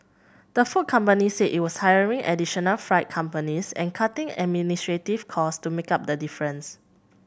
the food company said it was hiring additional freight companies and cutting administrative cost to make up the difference